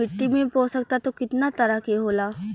मिट्टी में पोषक तत्व कितना तरह के होला?